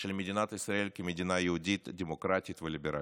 של מדינת ישראל כמדינה יהודית, דמוקרטית וליברלית.